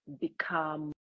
become